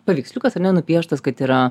paveiksliukas ar ne nupieštas kad yra